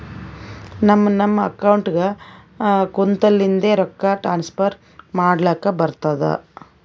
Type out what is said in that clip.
ನಮ್ ನಮ್ ಅಕೌಂಟ್ಗ ಕುಂತ್ತಲಿಂದೆ ರೊಕ್ಕಾ ಟ್ರಾನ್ಸ್ಫರ್ ಮಾಡ್ಲಕ್ ಬರ್ತುದ್